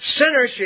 sinnership